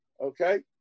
Okay